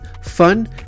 fun